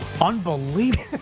Unbelievable